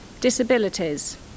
disabilities